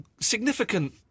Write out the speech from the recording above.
significant